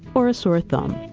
or a sore thumb.